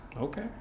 Okay